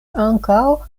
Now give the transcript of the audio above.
ankaŭ